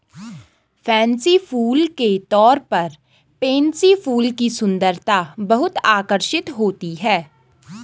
fancy फूल के तौर पर पेनसी फूल की सुंदरता बहुत आकर्षक होती है